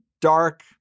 dark